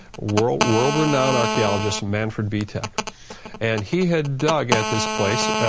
world world renowned archeologist, manford bitech and he had dug at this place.